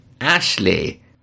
ashley